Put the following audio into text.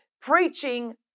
preaching